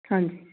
ਹਾਂਜੀ